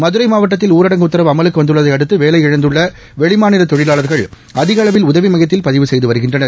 மதுரை மாவட்டத்தில் ஊரடங்கு உத்தரவு அமலுக்கு வந்துள்ளதை அடுத்து வேலையிழந்துள்ள வெளிமாநில தொழிலாளர்கள் அதிகளவில் உதவி மையத்தில் பதிவு செய்து வருகின்றனர்